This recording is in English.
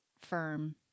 firm